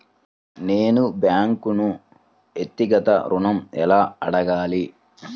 నేను బ్యాంక్ను వ్యక్తిగత ఋణం ఎలా అడగాలి?